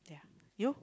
yeah you